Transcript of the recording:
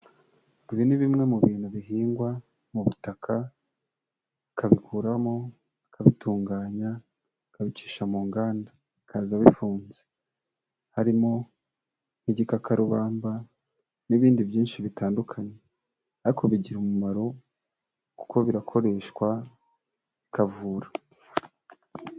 Ibi ni bimwe mu bintu bihingwa mu butaka, bakabikuramo, bakabitunganya, bakabicisha mu nganda bikaza bifunze. Harimo n'igikakarubamba n'ibindi byinshi bitandukanye, ariko bigira umumaro kuko birakoreshwa bikavura.